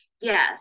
yes